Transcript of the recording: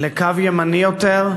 לקו ימני יותר,